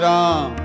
Ram